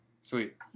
Sweet